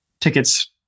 tickets